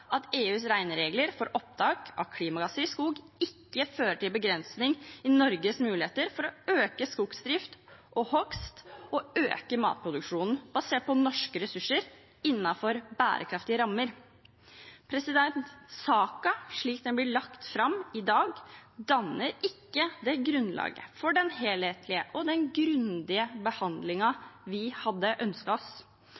at EUs regneregler for opptak av klimagasser i skog ikke fører til noen begrensning i Norges muligheter for å øke skogsdrift og hogst og for å øke matproduksjonen basert på norske ressurser innenfor bærekraftige rammer. Saken, slik den blir lagt fram i dag, danner ikke det grunnlaget for den helhetlige og grundige